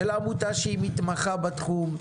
של עמותה שמתמחה בתחום,